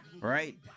right